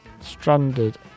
stranded